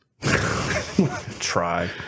try